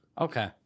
Okay